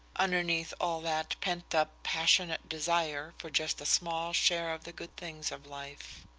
underneath all that pent-up, passionate desire for just a small share of the good things of life.